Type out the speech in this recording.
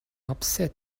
upset